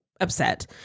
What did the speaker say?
upset